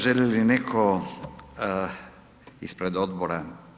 Želi li netko ispred odbora?